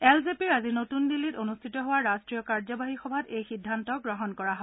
L J পিৰ আজি নতুন দিল্লীত অনুষ্ঠিত হোৱা ৰাট্টীয় কাৰ্যবাহী সভাত এই সিদ্ধান্ত গ্ৰহণ কৰা হয়